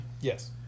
Yes